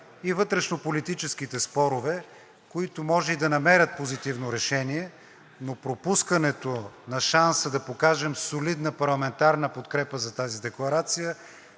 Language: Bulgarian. и вътрешнополитическите спорове, които може и да намерят позитивно решение, но пропускането на шанса да покажем солидна парламентарна подкрепа за тази декларация